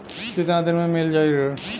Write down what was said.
कितना दिन में मील जाई ऋण?